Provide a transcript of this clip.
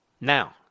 Now